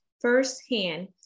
firsthand